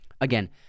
again